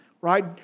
right